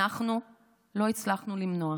אנחנו לא הצלחנו למנוע.